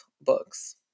books